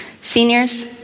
Seniors